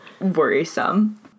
worrisome